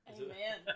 Amen